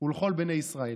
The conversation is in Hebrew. "ולכל בני ישראל"?